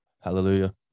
hallelujah